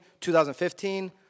2015